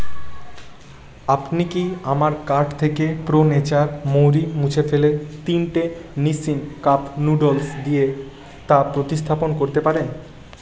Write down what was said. আপনি কি আমার কার্ট থেকে প্রো নেচার মৌরি মুছে ফেলে তিনটে নিসসিন কাপ নুডলস দিয়ে তা প্রতিস্থাপন করতে পারেন